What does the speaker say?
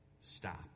stop